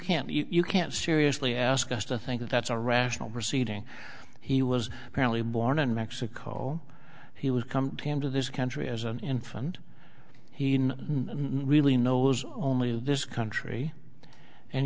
can't you can't seriously ask us to think that that's a rational proceeding he was apparently born in mexico he would come to him to this country as an infant he in not really knows only this country and